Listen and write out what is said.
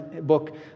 book